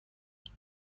توری